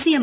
CM